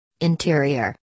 Interior